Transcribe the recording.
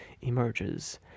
emerges